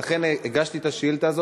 לכן הגשתי את השאילתה הזאת,